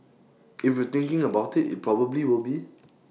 if you're thinking about IT it probably will be